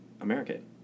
American